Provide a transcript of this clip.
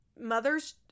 mother's